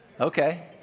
Okay